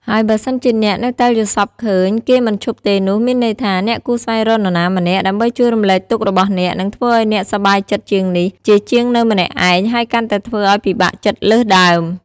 ហើយបើសិនជាអ្នក នៅតែយល់សប្តិឃើញ គេមិនឈប់ទេនោះ មានន័យថា អ្នកគួរស្វែងរកនរណាម្នាក់ ដើម្បីជួយរំលែកទុក្ខរបស់អ្នក និងធ្វើឲ្យអ្នកសប្បាយចិត្តជាងនេះ ជៀសជាងនៅម្នាក់ឯង ហើយកាន់តែធ្វើឲ្យពិបាកចិត្តលើសដើម។